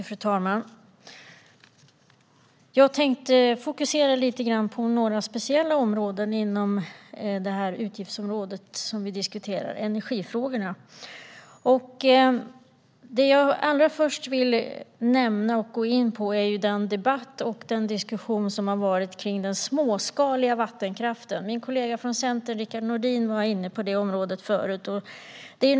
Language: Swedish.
Fru talman! Jag tänkte fokusera på några speciella områden inom det utgiftsområde vi diskuterar: energifrågorna. Jag vill allra först gå in på den debatt och diskussion som förekommit om den småskaliga vattenkraften. Min kollega från Centern, Rickard Nordin, var inne på det området förut.